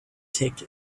take